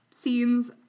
scenes